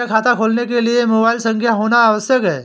क्या खाता खोलने के लिए मोबाइल संख्या होना आवश्यक है?